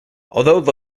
although